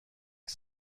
was